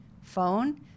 phone